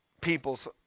people's